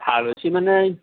ভাল হৈছি মানে